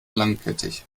langkettig